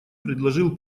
предложил